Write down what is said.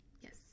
Yes